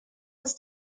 ist